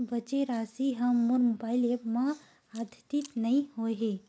बचे राशि हा मोर मोबाइल ऐप मा आद्यतित नै होए हे